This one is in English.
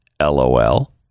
LOL